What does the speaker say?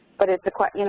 but it's a question